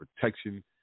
protection